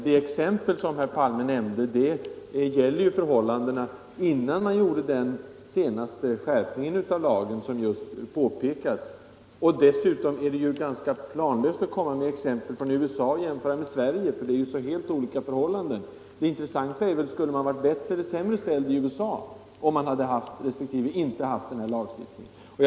Det exempel herr Palme nämnde gäller ju förhållandena innan man genomförde den senaste skärpningen av lagen. Dessutom är det ganska meningslöst att anföra exempel från USA och jämföra med svenska förhållanden, eftersom förutsättningarna är helt olika. Den intressanta frågan är: Skulle man vara bättre eller sämre ställd i USA, om man inte hade haft denna lagstiftning?